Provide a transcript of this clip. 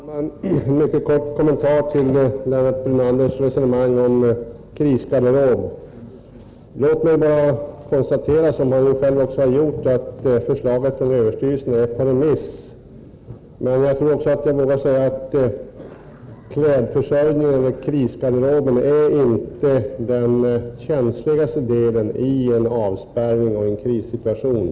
Herr talman! En mycket kort kommentar till Lennart Brunanders resonemang om en krisgarderob: Låt mig bara konstatera, som Lennart Brunander nyss har gjort, att förslaget från överstyrelsen är föremål för remissbehandling. Jag tror emellertid att jag vågar säga att klädförsörjning eller en krisgarderob inte är den känsligaste delen vid en avspärrning och i en krissituation.